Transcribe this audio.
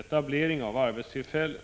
etablering av arbetstillfällen.